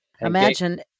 Imagine